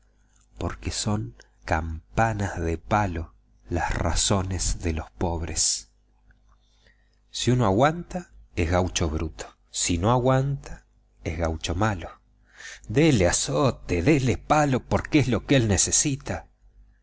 que son campanas de palo las razones de los pobres si uno aguanta es gaucho bruto si no aguanta es gaucho malo dele azote dele palo porque es lo que él necesita